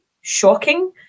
shocking